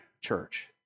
church